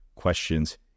questions